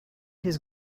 his